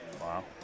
Wow